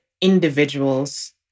individuals